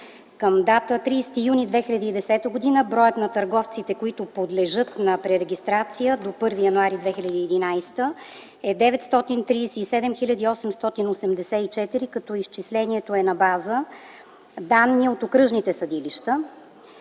Към дата 30 юни 2010 г. броят на търговците, които подлежат на пререгистрация до 1 януари 2011 г., е 937 884 като изчислението е на база данни от окръжните съдилища.